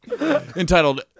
Entitled